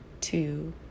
Two